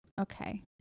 Okay